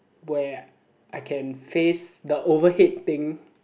where I can face the overhead thing